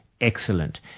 excellent